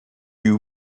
you